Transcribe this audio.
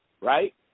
Right